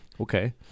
Okay